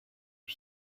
are